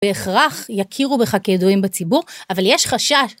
בהכרח יכירו בך כידועים בציבור, אבל יש חשש.